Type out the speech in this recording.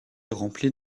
remplie